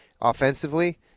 offensively